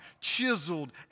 chiseled